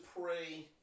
pray